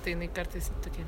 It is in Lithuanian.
tai jinai kartais tokia